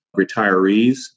retirees